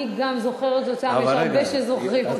אני גם זוכרת אותן, יש הרבה שזוכרים אותן.